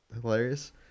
hilarious